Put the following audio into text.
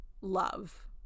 love